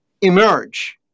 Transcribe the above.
emerge